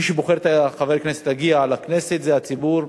מי שבוחר את חבר הכנסת שיגיע לכנסת זה הציבור,